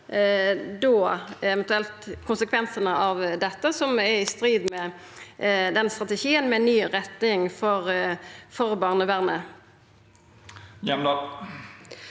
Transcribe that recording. eventuelt vert konsekvensane av dette, som er i strid med den strategien med ei ny retning for barnevernet.